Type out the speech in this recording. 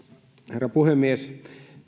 herra puhemies